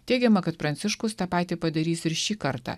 teigiama kad pranciškus tą patį padarys ir šį kartą